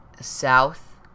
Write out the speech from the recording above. South